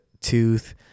tooth